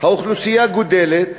האוכלוסייה גדלה,